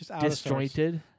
disjointed